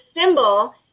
symbol